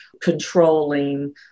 controlling